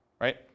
Right